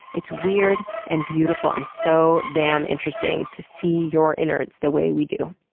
it's weird, and beautiful and so damn interesting to see your innards the way we do.